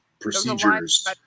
procedures